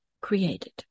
created